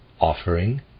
offering